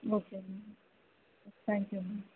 okay ma'am thank you ma'am